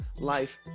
life